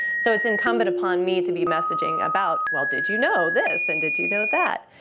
so it's incumbent upon me to be messaging about well, did you know this? and did you know that?